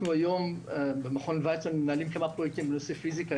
אנחנו היום במכון ויצמן מנהלים כמה פרויקטים בנושא פיזיקה.